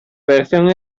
versión